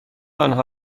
آنها